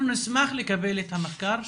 אנחנו נשמח לקבל את המחקר שעשית.